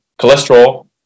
Cholesterol